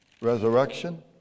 resurrection